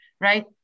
right